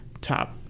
top